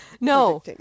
No